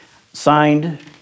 signed